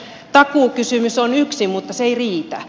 takuukysymys on yksi mutta se ei riitä